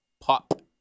Pop